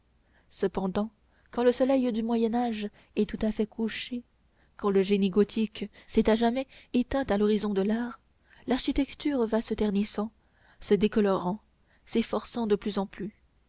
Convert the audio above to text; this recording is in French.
cependant quand le soleil du moyen âge est tout à fait couché quand le génie gothique s'est à jamais éteint à l'horizon de l'art l'architecture va se ternissant se décolorant s'effaçant de plus en plus